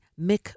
Mick